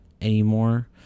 anymore